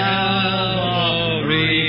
Calvary